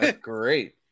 Great